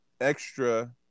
extra